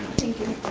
thank you.